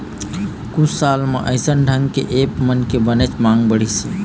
कुछ साल म अइसन ढंग के ऐप मन के बनेच मांग बढ़िस हे